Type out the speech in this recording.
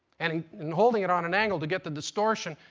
and in holding it on an angle to get the distortion,